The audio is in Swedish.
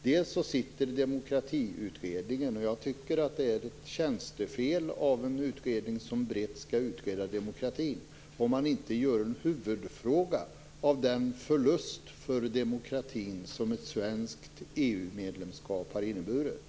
Det ena är att Demokratiutredningen nu arbetar, och jag tycker att det vore tjänstefel av en utredning som brett skall utreda demokratin om man inte gör en huvudfråga av den förlust för demokratin som ett svenskt EU medlemskap har inneburit.